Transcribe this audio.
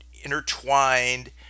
intertwined